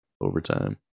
overtime